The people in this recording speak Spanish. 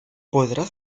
podrás